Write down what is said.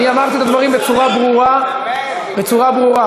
אמרתי את הדברים בצורה ברורה, בצורה ברורה.